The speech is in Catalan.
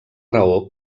raó